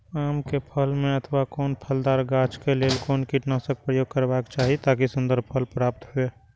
आम क फल में अथवा कोनो फलदार गाछि क लेल कोन कीटनाशक प्रयोग करबाक चाही ताकि सुन्दर फल प्राप्त हुऐ?